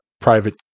private